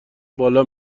بالا